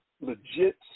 legit